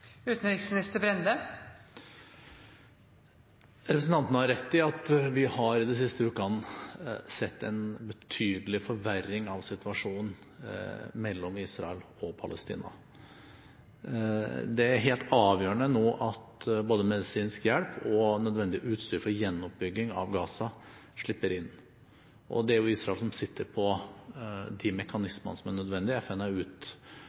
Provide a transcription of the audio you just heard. Representanten har rett i at vi de siste ukene har sett en betydelig forverring av situasjonen mellom Israel og Palestina. Det er helt avgjørende nå at både medisinsk hjelp og nødvendig utstyr for gjenoppbygging av Gaza slipper inn. Og det er jo Israel som sitter på de mekanismene som er nødvendige. FN har utarbeidet en mekanisme som er